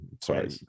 sorry